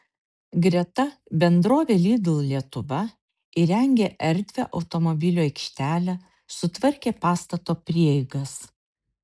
greta bendrovė lidl lietuva įrengė erdvią automobilių aikštelę sutvarkė pastato prieigas